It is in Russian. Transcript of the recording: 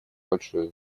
большое